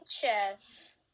chess